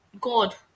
God